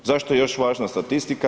Zašto je još važna statistika?